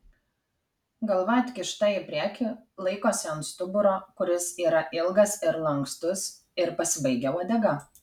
galva atkišta į priekį laikosi ant stuburo kuris yra ilgas ir lankstus ir pasibaigia uodega